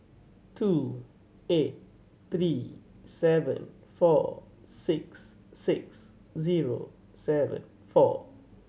two eight three seven four six six zero seven four